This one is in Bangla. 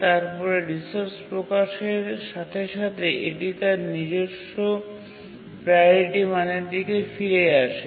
তারপরে রিসোর্স প্রকাশের সাথে সাথে এটি তার নিজস্ব প্রাওরিটি মানের দিকে ফিরে আসে